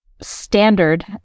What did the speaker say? standard